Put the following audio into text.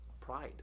pride